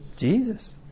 Jesus